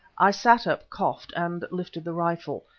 i sat up, coughed, and lifted the rifle,